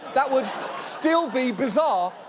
that would still be bizarre.